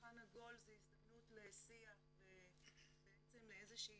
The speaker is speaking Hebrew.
שולחן עגול זה הזדמנות לשיח ואיזו שהיא